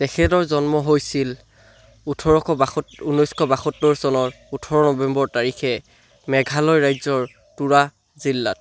তেখেতৰ জন্ম হৈছিল ওঠৰশ ঊনৈছশ বাসত্তৰ চনৰ ওঠৰ নৱেম্বৰ তাৰিখে মেঘালয় ৰাজ্যৰ টুৰা জিলাত